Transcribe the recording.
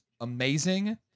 amazing